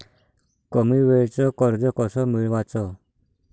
कमी वेळचं कर्ज कस मिळवाचं?